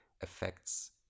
affects